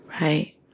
Right